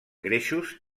greixos